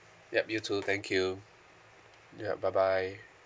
yup you too thank you ya bye bye